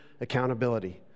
accountability